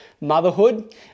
motherhood